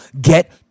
get